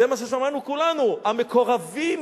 זה מה ששמענו כולנו, המקורבים